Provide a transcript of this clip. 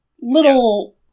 little